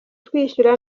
twishyura